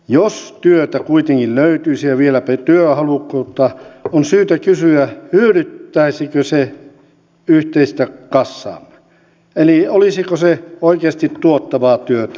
jos työtä kuitenkin löytyisi ja vieläpä työhalukkuutta on syytä kysyä hyödyttäisikö se yhteistä kassaamme eli olisiko se oikeasti tuottavaa työtä